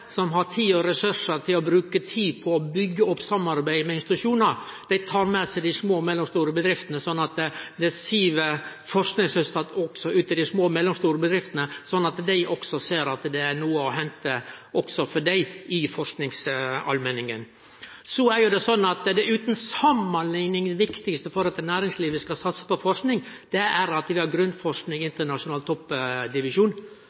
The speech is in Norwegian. som har tid og ressursar å bruke på å bygge opp samarbeidet med institusjonar, tek med seg dei små og mellomstore bedriftene slik at det siv forskingsresultat også ut til dei små og mellomstore bedriftene. Slik ser dei at det er noko å hente også for dei i forskingsallmenningen. Det utan samanlikning viktigaste for at næringslivet skal satse på forsking, er at vi har grunnforsking